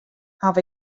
haw